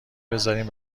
بذارین